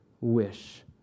wish